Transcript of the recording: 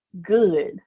good